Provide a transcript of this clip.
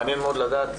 מעניין מאוד לדעת.